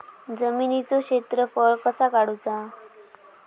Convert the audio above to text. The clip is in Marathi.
जमिनीचो क्षेत्रफळ कसा काढुचा?